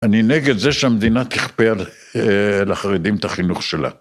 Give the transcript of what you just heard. אני נגד זה שהמדינה תכפה לחרדים את החינוך שלה.